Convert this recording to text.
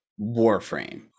warframe